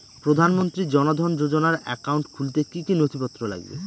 প্রধানমন্ত্রী জন ধন যোজনার একাউন্ট খুলতে কি কি নথিপত্র লাগবে?